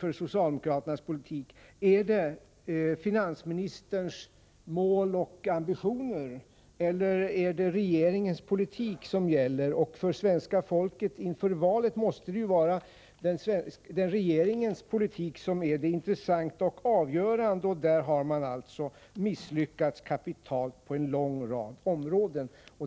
för socialdemokraternas politik i fortsättningen. Är det finansministerns mål och ambitioner eller är det regeringens politik som gäller? För svenska folket måste det ju inför valet vara regeringens politik som är det intressanta och avgörande, och där har man alltså misslyckats kapitalt på en lång rad områden.